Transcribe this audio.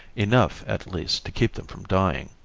enough, at least, to keep them from dying.